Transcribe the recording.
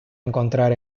encontrar